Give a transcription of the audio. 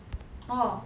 orh